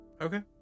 okay